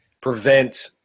prevent